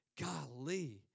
golly